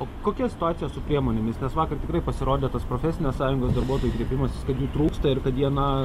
o kokia situacija su priemonėmis nes vakar tikrai pasirodė tas profesinės sąjungos darbuotojų kreipimasis kad jų trūksta ir kad jie na